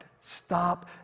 Stop